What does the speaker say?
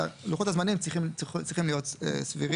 אלא לוחות הזמנים צריכים להיות סבירים.